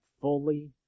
fully